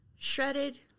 Shredded